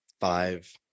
five